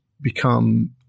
become